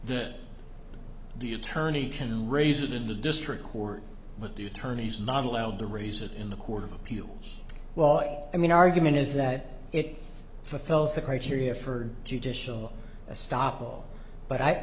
that the attorney can raise it in the district court but the attorneys not allowed to raise it in the court of appeals well i mean argument is that it fells the criteria for judicial stoppel but i